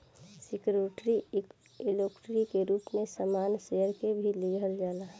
security equity के रूप में सामान्य शेयर के भी लिहल जाला